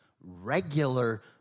regular